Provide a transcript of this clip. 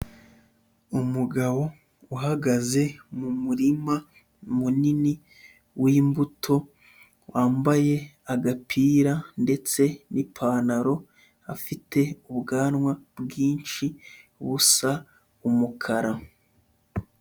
Umugabo uhagaze mu murima munini w'imbuto wambaye agapira ndetse n'ipantaro, afite ubwanwa bwinshi busa umukara.